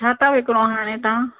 छाता विकिणो हाणे तव्हां